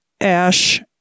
ash